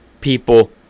People